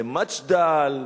זה מג'דל,